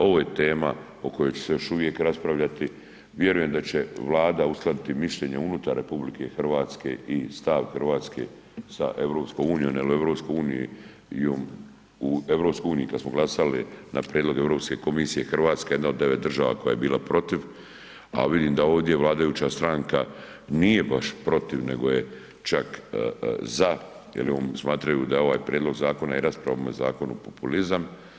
Ovo je tema o kojoj će se još uvijek raspravljati, vjerujem da će Vlada uskladiti mišljenje unutar RH i stav Hrvatske sa EU jel u EU kad smo glasali na prijedlog Europske komisije Hrvatska je jedna od 9 država koja je bila protiv, a vidim da ovdje vladajuća stranka nije baš protiv nego je čak za jel oni smatraju da je ovaj prijedlog zakona i rasprava o ovome zakonu populizam.